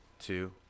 two